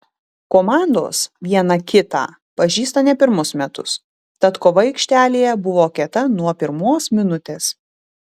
komandos viena kitą pažįsta ne pirmus metus tad kova aikštelėje buvo kieta nuo pirmos minutės